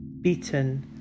beaten